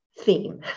theme